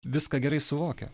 viską gerai suvokia